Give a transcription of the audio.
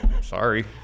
Sorry